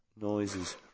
noises